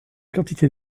quantité